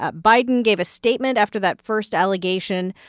ah biden gave a statement after that first allegation.